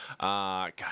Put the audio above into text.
God